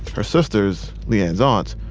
her sisters, le-ann's aunts,